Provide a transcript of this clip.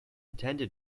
intended